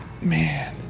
Man